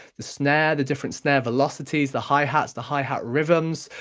the snare, the different snare velocities, the hi-hats, the hi-hat rhythms,